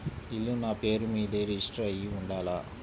ఇల్లు నాపేరు మీదే రిజిస్టర్ అయ్యి ఉండాల?